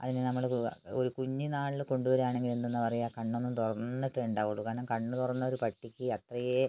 അതിന് നമ്മള് ഒരു കുഞ്ഞിനാളില് കൊണ്ടുവരാണെങ്കില് എന്തെന്നുപറയുക കണ്ണൊന്നു തുറന്നിട്ടുണ്ടാവുള്ളൂ കാരണം കണ്ണ് തുറന്നൊരു പട്ടിക്ക് അത്രയും